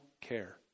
care